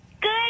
Good